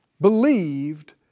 believed